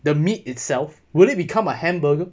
the meat itself would it become a hamburger